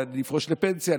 נפרוש לפנסיה,